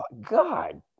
god